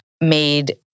made